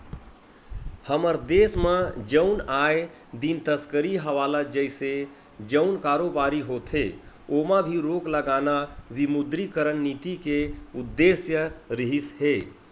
हमर देस म जउन आए दिन तस्करी हवाला जइसे जउन कारोबारी होथे ओमा भी रोक लगाना विमुद्रीकरन नीति के उद्देश्य रिहिस हे